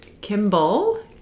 Kimball